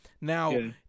Now